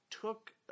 took